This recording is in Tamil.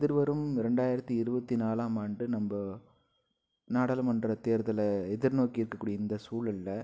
ஸோ எதிர்வரும் ரெண்டாயிரத்தி இருபத்தி நாலாம் ஆண்டு நம்ப நாடாளுமன்ற தேர்தலை எதிர்நோக்கிருக்க கூடிய இந்த சூழலில்